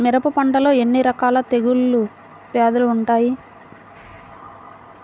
మిరప పంటలో ఎన్ని రకాల తెగులు వ్యాధులు వుంటాయి?